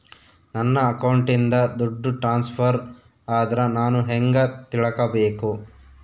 ನನ್ನ ಅಕೌಂಟಿಂದ ದುಡ್ಡು ಟ್ರಾನ್ಸ್ಫರ್ ಆದ್ರ ನಾನು ಹೆಂಗ ತಿಳಕಬೇಕು?